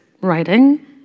writing